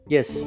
Yes